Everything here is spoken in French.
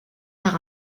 par